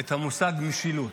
את המושג משילות,